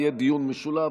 יהיה דיון משולב,